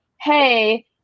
Hey